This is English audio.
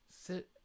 sit